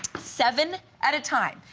seven at a time.